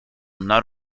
not